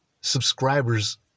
subscribers